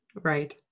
Right